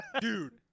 Dude